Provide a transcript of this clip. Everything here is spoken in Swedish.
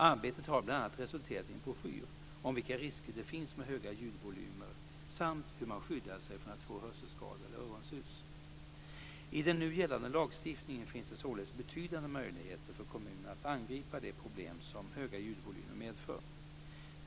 Arbetet har bl.a. resulterat i en broschyr om vilka risker det finns med höga ljudvolymer samt hur man skyddar sig från att få hörselskador eller öronsus. I den nu gällande lagstiftningen finns det således betydande möjligheter för kommunerna att angripa de problem som höga ljudvolymer medför.